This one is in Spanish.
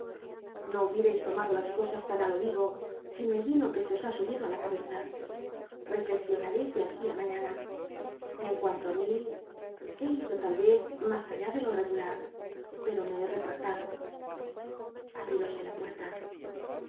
no hubier tis lomado las cosas t tn ü lo vho sin el vino que se os ha subido í la ca beza llcllcxionareis de aquí í mañana en cuanto i mi he ido tal ez mas all i de lo regular pero me he retratado abrióse la puert